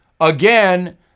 again